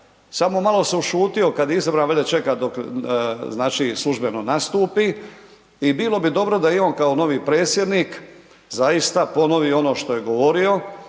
Samo malo se ušutio kad je izabran valjda čeka dok znači službeno nastupi i bilo bi dobro da i on kao novi predsjednik zaista ponovi ono što je govorio